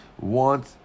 want